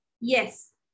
Yes